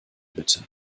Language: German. bitte